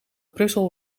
brussel